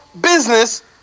business